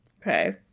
Okay